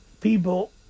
people